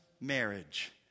marriage